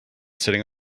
sitting